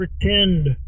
pretend